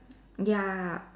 ya